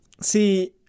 See